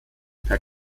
per